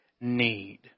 need